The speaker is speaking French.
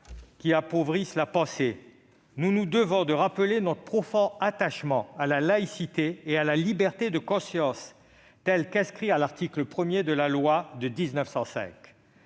qui appauvrissent la pensée, nous nous devons de rappeler notre profond attachement à la laïcité et à la liberté de conscience, telles qu'elles sont inscrites à l'article 1 de la loi de 1905.